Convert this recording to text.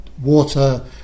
water